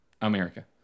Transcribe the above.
America